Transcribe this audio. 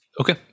Okay